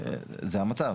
זה המצב,